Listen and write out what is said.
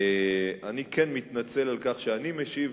אני כן מתנצל על כך שאני משיב,